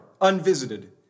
unvisited